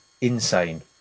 insane